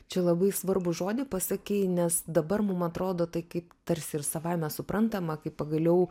čia labai svarbų žodį pasakei nes dabar mum atrodo tai kaip tarsi ir savaime suprantama kai pagaliau